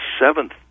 seventh